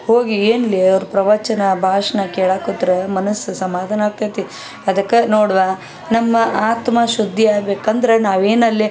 ಹೋಗಿ ಏನಲೇ ಅವ್ರ ಪ್ರವಚನ ಭಾಷಣ ಕೇಳೋಕೆ ಕೂತ್ರೆ ಮನಸು ಸಮಾಧಾನ ಆಗ್ತೈತಿ ಅದಕ್ಕೆ ನೋಡುವ ನಮ್ಮ ಆತ್ಮ ಶುದ್ಧಿ ಆಗ್ಬೇಕು ಅಂದ್ರೆ ನಾವು ಏನು ಅಲ್ಲಿ